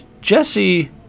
Jesse